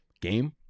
game